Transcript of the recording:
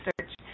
research